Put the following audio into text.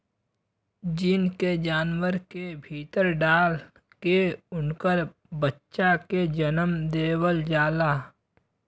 gene के जानवर के भीतर डाल के उनकर बच्चा के जनम देवल जाला